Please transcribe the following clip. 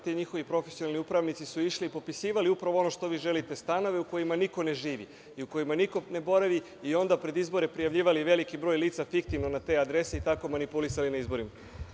Ti njihovi profesionalni upravnici su išli i popisivali, upravo ono što vi želite, stanove u kojima niko ne živi i u kojima niko ne boravi i onda pred izbore prijavljivali veliki broj lica fiktivno na te adrese i tako manipulisali na izborima.